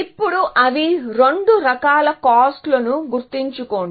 ఇప్పుడు అవి రెండు రకాల కాస్ట్ లు అని గుర్తుంచుకోండి